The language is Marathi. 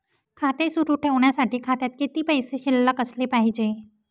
खाते सुरु ठेवण्यासाठी खात्यात किती पैसे शिल्लक असले पाहिजे?